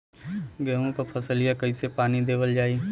गेहूँक फसलिया कईसे पानी देवल जाई?